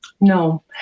No